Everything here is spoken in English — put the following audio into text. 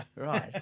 Right